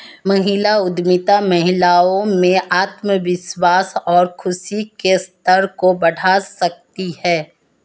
महिला उद्यमिता महिलाओं में आत्मविश्वास और खुशी के स्तर को बढ़ा सकती है